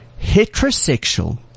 heterosexual